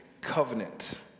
covenant